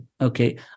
okay